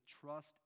trust